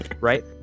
right